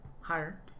Higher